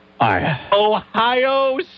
Ohio